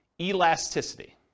Elasticity